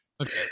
okay